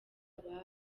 ababo